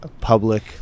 public